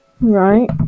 right